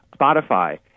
Spotify